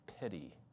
pity